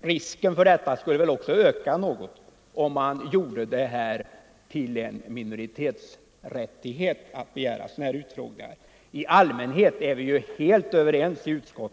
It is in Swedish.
Risken för detta skulle väl också öka något, om man gjorde det till en minoritetsrättighet att begära sådana utfrågningar. I allmänhet är vi i utskotten helt överens